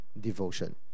devotion